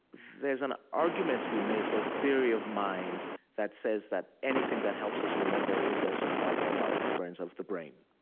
there's an argument to be made for a theory of mind that says that anything that helps us remember is also part of our experience of the brain.